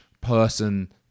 person